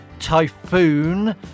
Typhoon